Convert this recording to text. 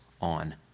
on